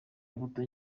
mbuto